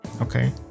Okay